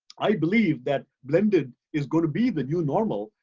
i believe that blended is gonna be the new normal.